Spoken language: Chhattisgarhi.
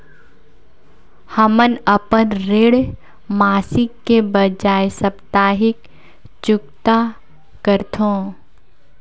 हमन अपन ऋण मासिक के बजाय साप्ताहिक चुकता करथों